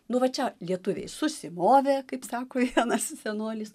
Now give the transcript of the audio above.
nu va čia lietuviai susimovė kaip sako vienas senolis